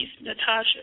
Natasha